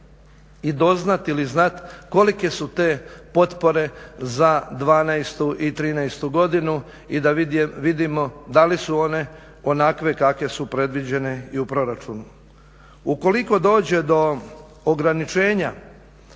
i doznati ili znati kolike su te potpore za '12.-tu i '13.-tu godinu i da vidimo da li su one onakve kakve su predviđene i u proračunu. Ukoliko dođe do ograničenja